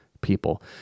people